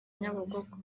nyabugogo